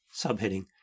Subheading